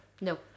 No